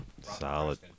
Solid